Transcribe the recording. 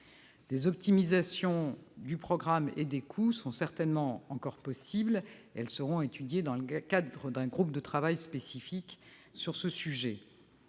Des optimisations du programme et des coûts sont certainement encore possibles. Elles seront étudiées dans le cadre d'un groupe de travail spécifique.